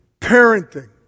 parenting